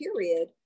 period